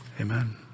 Amen